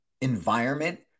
environment